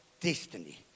destiny